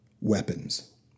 Weapons